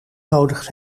nodig